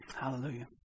Hallelujah